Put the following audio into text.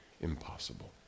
impossible